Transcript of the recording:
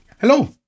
Hello